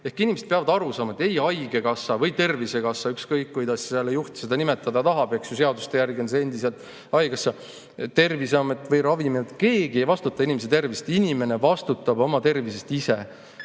Ehk inimesed peavad aru saama, et ei haigekassa – või tervisekassa, ükskõik kuidas selle juht seda nimetada tahab, seaduste järgi on see endiselt haigekassa –, Terviseamet ega Ravimiamet, keegi ei vastuta inimese tervise eest. Inimene vastutab oma tervise eest ise.